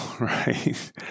right